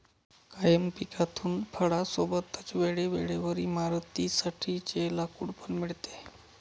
कायम पिकातून फळां सोबतच वेळे वेळेवर इमारतीं साठी चे लाकूड पण मिळते